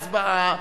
הצבעה.